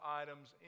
items